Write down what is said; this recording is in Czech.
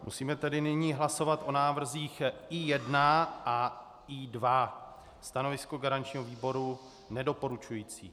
Musíme tedy nyní hlasovat o návrzích I1 a I2. Stanovisko garančního výboru nedoporučující.